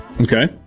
Okay